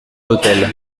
l’hôtel